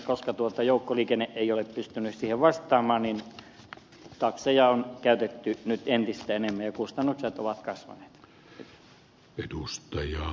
koska joukkoliikenne ei ole pystynyt siihen vastaamaan niin takseja on käytetty nyt entistä enemmän ja kustannukset ovat kasvaneet